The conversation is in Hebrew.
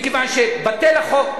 מכיוון שבטל החוק.